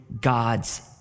God's